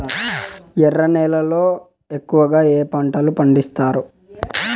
ఎర్ర నేలల్లో ఎక్కువగా ఏ పంటలు పండిస్తారు